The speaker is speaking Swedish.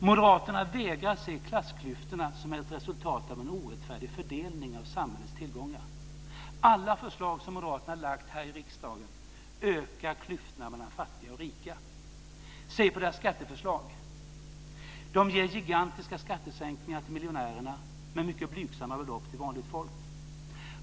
Moderaterna vägrar att se klassklyftorna som ett resultat av en orättfärdig fördelning av samhällets tillgångar. Alla förslag som moderaterna har lagt fram i riksdagen ökar klyftorna mellan fattiga och rika. Se på moderaternas skatteförslag. De ger gigantiska skattesänkningar till miljonärerna men mycket blygsamma belopp till vanligt folk.